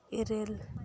ᱤᱨᱟᱹᱞ